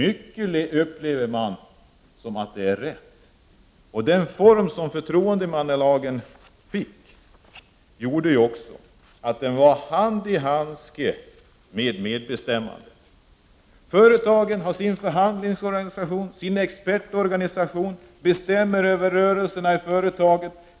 Men jag upplever att mycket av det är med rätta. Den form som förtroendemannalagen fick gjorde att den passade ihop med medbestämmandet som hand i handske. Företagen har sin förhandlingsorganisation, sin expertorganisation, och bestämmer över rörelserna i företagen.